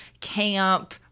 camp